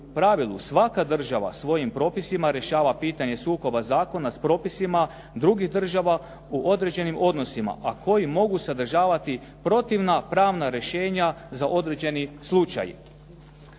svaka država svojim propisima rješava pitanje sukoba zakona s propisima drugih država u određenim odnosima, a koji mogu sadržavati protivna pravna rješenja za određeni slučaj.